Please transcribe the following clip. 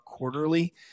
Quarterly